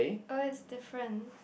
oh is different